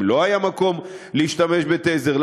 אם לא היה מקום להשתמש בטייזר,